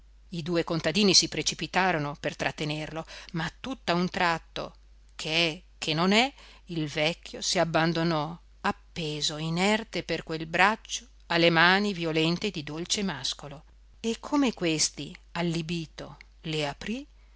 i due contadini si precipitarono per trattenerlo ma tutt'a un tratto che è che non è il vecchio si abbandonò appeso inerte per quel braccio alle mani violente di dolcemàscolo e come questi allibito le aprì